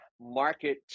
market